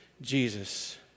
Jesus